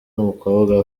n’umukobwa